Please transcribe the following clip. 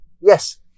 yes